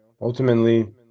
ultimately